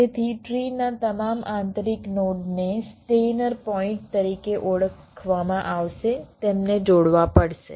તેથી ટ્રી નાં તમામ આંતરિક નોડને સ્ટેઇનર પોઇન્ટ તરીકે ઓળખવામાં આવશે તેમને જોડવા પડશે